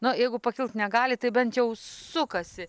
na jeigu pakilt negali tai bent jau sukasi